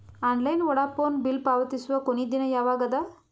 Online Vodafone bill ಪಾವತಿಸುವ ಕೊನಿ ದಿನ ಯವಾಗ ಅದ?